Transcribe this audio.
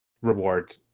reward